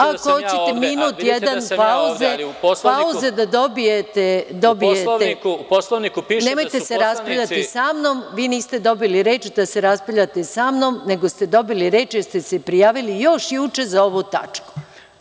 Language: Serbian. Ako hoćete minut jedan pauze da dobijete … (Janko Veselinović, s mesta: U Poslovniku piše…) Nemojte se raspravljati sa mnom, vi niste dobili reč da se raspravljate sa mnom, nego ste dobili reč jer ste se prijavili još juče za ovu tačku.